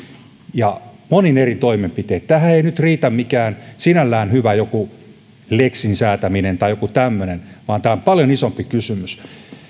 ja monin eri toimenpitein tähän ei nyt riitä jonkun sinällään hyvän lexin säätäminen tai joku tämmöinen vaan tämä on paljon isompi kysymys